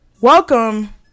welcome